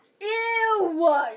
Ew